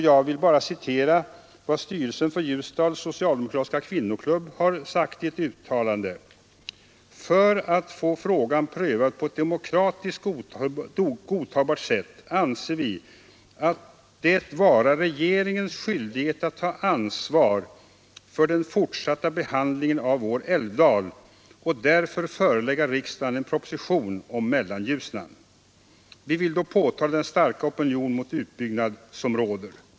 Jag vill bara citera vad styrelsen för Ljusdals socialdemokratiska kvinnoklubb har sagt i ett uttalande: ”För att få frågan prövad på ett demokratiskt godtagbart sätt anser vi det vara regeringens skyldighet att ta ansvar för den fortsatta behandlingen av vår älvdal, och därför förelägga riksdagen en proposition om Mellanljusnan. Vi vill då påtala den starka opinion mot utbyggnad som råder.